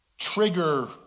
trigger